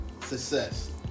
success